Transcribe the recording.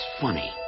funny